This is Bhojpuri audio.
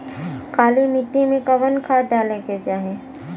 काली मिट्टी में कवन खाद डाले के चाही?